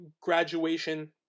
graduation